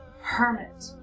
hermit